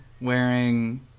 wearing